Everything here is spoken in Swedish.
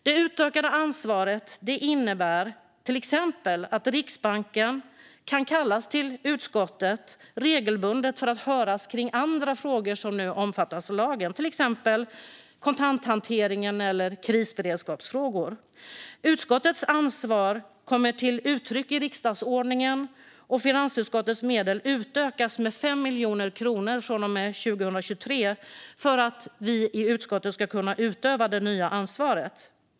Det utökade ansvaret innebär till exempel att Riksbanken kan kallas till utskottet regelbundet för att höras om andra frågor som nu omfattas av lagen. Det gället till exempel kontanthanteringen eller krisberedskapsfrågor. Utskottets ansvar kommer till uttryck i riksdagsordningen, och finansutskottets medel utökas med 5 miljoner kronor från och med 2023 för att vi i utskottet ska kunna utöva det nya ansvaret.